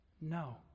No